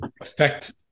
affect